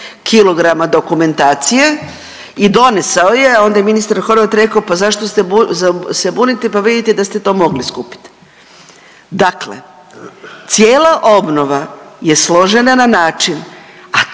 kilograma dokumentacije i donesao je, a onda je ministar Horvat rekao, pa zašto se bunite, pa vidite da ste to mogli skupiti. Dakle, cijela obnova je složena na način,